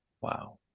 Wow